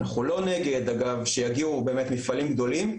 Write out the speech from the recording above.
אנחנו לא נגד אגב שיגיעו באמת מפעלים גדולים,